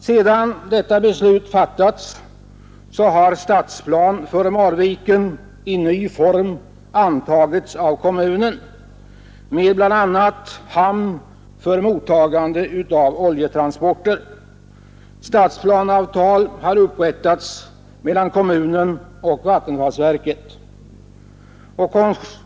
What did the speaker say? Sedan detta beslut fattades har stadsplan för Marviken i ny form antagits av kommunen med bl.a. hamn för mottagande av oljetransporter; stadsplaneavtal har upprättats mellan kommunen och vattenfallsverket.